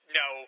no